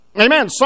Amen